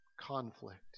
conflict